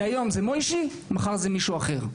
כי היום זה מויישי ומחר זה מישהו אחר,